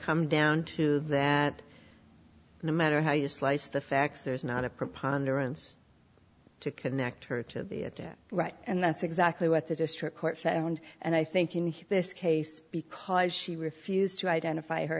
come down to that no matter how you slice the facts there's not a preponderance to connect her to the right and that's exactly what the district court found and i think in this case because she refused to identify her